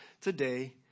today